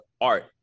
art